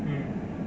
mm